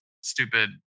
stupid